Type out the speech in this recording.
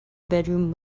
bedroom